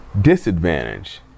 disadvantage